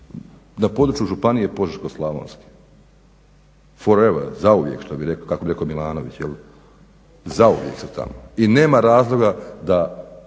na području županije Požeško-slavonske. Forever, zauvijek kako bi rekao Milanović jel', zauvijek su tamo. I nema razloga da